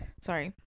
Sorry